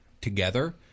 together